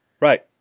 Right